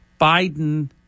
Biden